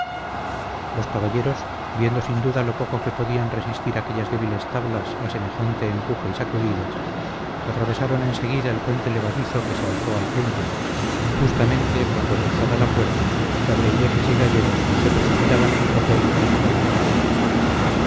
los caballeros viendo sin duda lo poco que podían resistir aquellas débiles tablas a semejante empuje y sacudidas atravesaron enseguida el puente levadizo que se alzo al punto justamente cuando forzada la puerta cabreireses y gallegos se precipitaban en tropel en la barbacana